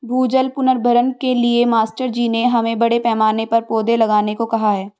भूजल पुनर्भरण के लिए मास्टर जी ने हमें बड़े पैमाने पर पौधे लगाने को कहा है